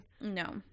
No